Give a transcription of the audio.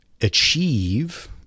achieve